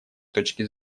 точки